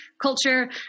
culture